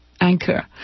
anchor